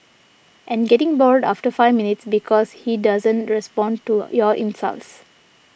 and getting bored after five minutes because he doesn't respond to your insults